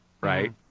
Right